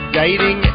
dating